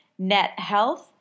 NetHealth